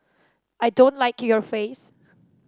I don't like your face